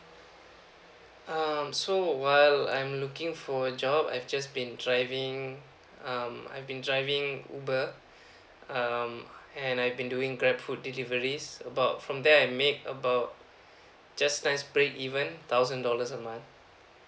um so while I'm looking for a job I've just been driving um I've been driving uber um and I've been doing grab food deliveries about from there I make about just nice breakeven a thousand dollars a month